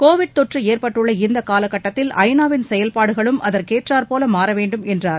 Covid தொற்று ஏற்பட்டுள்ள இந்த காலக் கட்டத்தில் ஐ நா வின் செயல்பாடுகளும் அதற்கேற்றாற் போல மாறவேண்டும் என்றார்